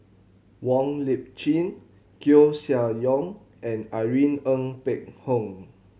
Wong Lip Chin Koeh Sia Yong and Irene Ng Phek Hoong